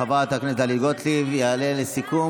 כמו